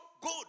good